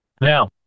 Now